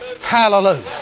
Hallelujah